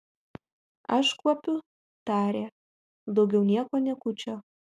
aš kuopiu tarė daugiau nieko niekučio